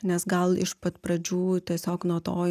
nes gal iš pat pradžių tiesiog nuo to